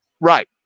right